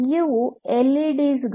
ಇವು ಎಲ್ಇಡಿ ಗಳು